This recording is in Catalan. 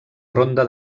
ronda